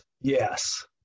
Yes